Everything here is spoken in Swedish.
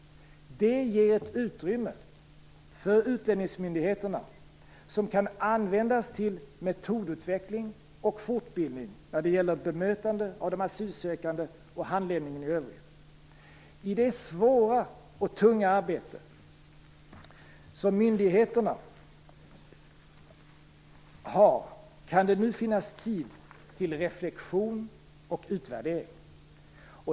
Det ger ett utrymme för utlänningsmyndigheterna som kan användas till metodutveckling och fortbildning när det gäller bemötandet av de asylsökande och handläggningen i övrigt. I det svåra och tunga arbete som myndigheterna har, kan det nu finnas tid till reflexion och utvärdering.